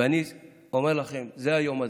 ואני אומר לכם, זה היום הזה.